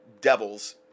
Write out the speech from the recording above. devils